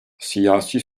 siyasi